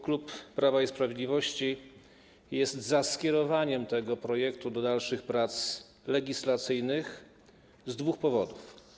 Klub Prawa i Sprawiedliwości jest za skierowaniem tego projektu do dalszych prac legislacyjnych z dwóch powodów.